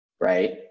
Right